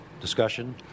discussion